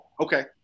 Okay